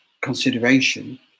consideration